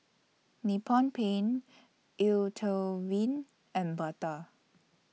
Nippon Paint Eau and Bata